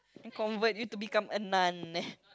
and convert you to become a nun